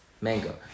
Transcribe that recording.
Mango